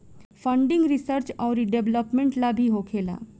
funding research औरी development ला भी होखेला